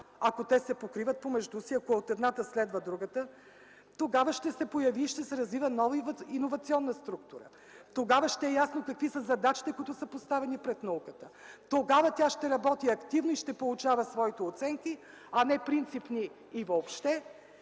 ако те се покриват помежду си, ако от едната следва другата, тогава ще се появи и ще се развива нова иновационна структура, тогава ще е ясно какви са задачите, които са поставени пред науката. Тогава тя ще работи активно и ще получава своите оценки, а не принципни и въобще.